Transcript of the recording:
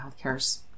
healthcare's